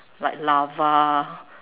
like lava